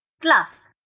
Glass